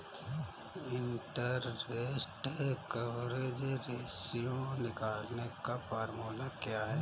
Interest coverage ratio निकालने का formula क्या है?